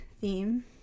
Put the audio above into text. theme